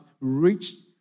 reached